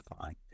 find